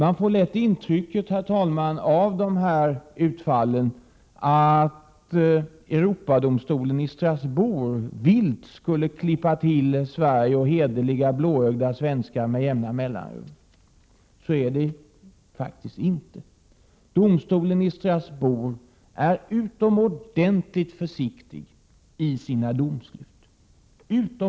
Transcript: Av dessa utfall får man lätt intrycket att Europadomstolen i Strasbourg med jämna mellanrum vilt skulle klippa till Sverige och hederliga, blåögda svenskar. Så förhåller det sig faktiskt inte. Domstolen i Strasbourg är utomordentligt försiktig i sina domslut.